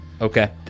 Okay